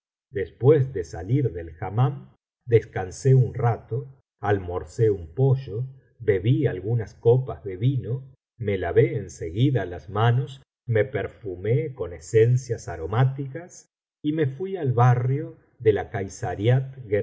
después de salir del hammam descansé un rato almorcé un pollo bebí algunas copas de vino me lavé en seguida las manos me perfumé con esencias aromáticas y me fui al barrio de la